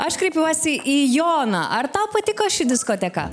aš kreipiuosi į joną ar tau patiko ši diskoteka